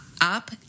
up